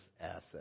asset